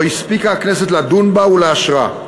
לא הספיקה הכנסת לדון בה ולאשרה.